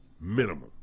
minimum